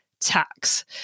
tax